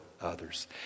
others